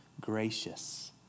gracious